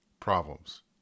problems